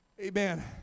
Amen